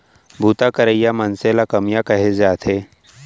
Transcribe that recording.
बूता करइया मनसे ल कमियां कहे जाथे